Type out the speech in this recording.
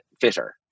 fitter